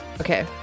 Okay